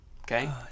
okay